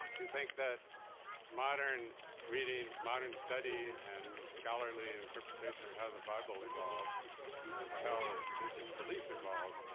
you think that modern reading, modern study and scholarly interpretation of how the bible evolved and how religious belief evolved,